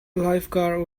lifeguards